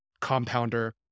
compounder